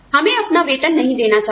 हमें अपना वेतन नहीं देना चाहिए